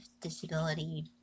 disability